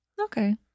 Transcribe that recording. Okay